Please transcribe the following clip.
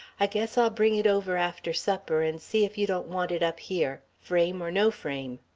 i guess i'll bring it over after supper and see if you don't want it up here frame or no frame.